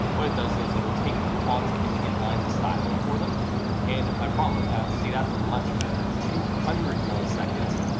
what it does is it'll take google fonts and inline the styling for them and my problem with that, see that's a much better two hundred milliseconds,